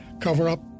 cover-up